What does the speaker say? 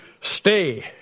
Stay